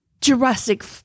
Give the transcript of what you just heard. Jurassic